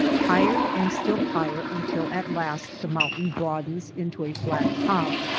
higher and still higher until at last the mountain broadens into a flat top.